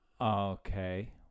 Okay